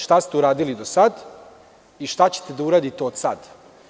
Šta ste uradili do sada i šta ćete da uradite od sada?